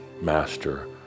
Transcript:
master